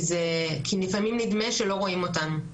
כי לפעמים נדמה שלא רואים אותנו.